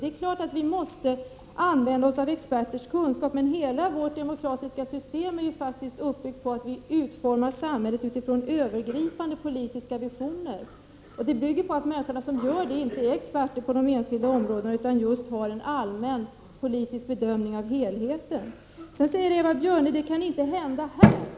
Vi måste naturligtvis använda oss av experters kunskaper, men hela vårt demokratiska system är faktiskt uppbyggt på att vi utformar samhället utifrån övergripande politiska visioner. Det bygger på att de människor som gör det inte är experter på de enskilda områdena utan gör just en allmän politisk bedömning av helheten. Eva Björne sade att en kärnkraftsolycka inte kan hända här.